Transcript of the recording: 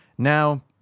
Now